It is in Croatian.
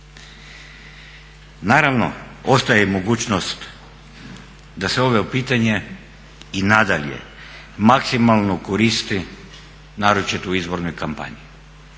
Naravno ostaje mogućnost da se ovo pitanje i nadalje maksimalno koristi naročito u izbornoj kampanji,